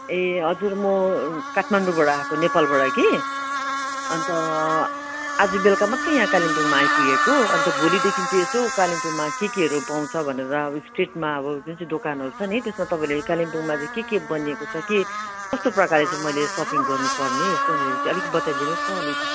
ए हजुर म काठमाडौबाट आएको नेपालबाट कि अन्त आज बेलुका मात्रै यहाँ कालिम्पोङमा आइपुगेको अन्त भोलिदेखि चाहिँ यसो कालिम्पोङमा के केहरू पाउँछ भनेर यहाँ स्ट्रिटमा अब जुन चाहिँ दोकानहरू छ नि त्यसमा तपाईँले कालिम्पोङमा चाहिँ के के बनिएको छ के कस्तो प्रकारले चाहिँ मैले सपिङ गर्नुपर्ने यसो अलिकति बताइदिनुहोस् न हौ अलिकति